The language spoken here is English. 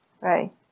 Right